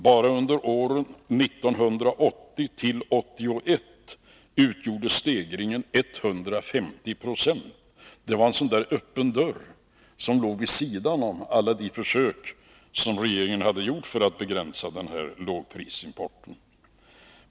Bara under åren 1980-1981 utgjorde stegringen 150 76. Det var en öppen dörr vid sidan om allt vad regeringen försökt göra för att begränsa den här lågprisimporten.